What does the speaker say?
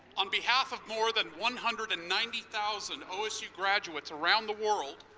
on behalf of more than one hundred and ninety thousand osu graduates around the world,